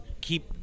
keep